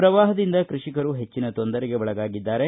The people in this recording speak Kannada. ಪ್ರವಾಹದಿಂದ ಕೃಷಿಕರು ಹೆಚ್ಚಿನ ತೊಂದರೆಗೆ ಒಳಗಾಗಿದ್ದಾರೆ